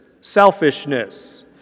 selfishness